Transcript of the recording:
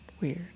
weird